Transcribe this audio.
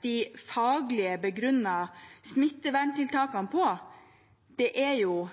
de faglig begrunnede smitteverntiltakene på, er